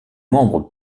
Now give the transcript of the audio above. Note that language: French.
membre